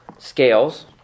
scales